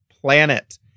planet